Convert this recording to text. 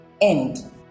end